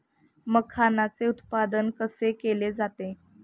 मखाणाचे उत्पादन कसे केले जाते?